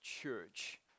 church